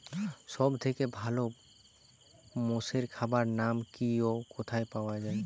সব থেকে ভালো মোষের খাবার নাম কি ও কোথায় পাওয়া যায়?